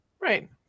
right